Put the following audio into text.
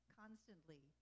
constantly